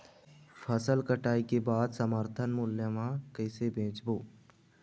फसल कटाई के बाद समर्थन मूल्य मा कइसे बेचबो?